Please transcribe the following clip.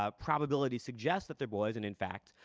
ah probability suggests that they're boys. and in fact,